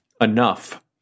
enough